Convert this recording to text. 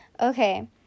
Okay